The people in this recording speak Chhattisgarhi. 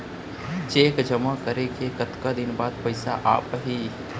चेक जेमा करें के कतका दिन बाद पइसा आप ही?